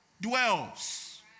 dwells